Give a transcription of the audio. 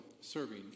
serving